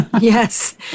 Yes